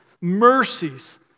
mercies